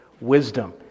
wisdom